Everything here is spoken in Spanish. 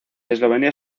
eslovenia